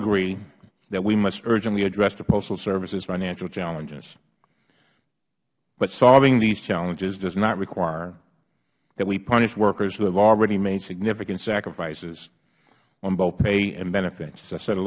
agree that we must urgently address the postal services financial challenges but solving these challenges does not require that we punish workers who have already made significant sacrifices on both pay and benefits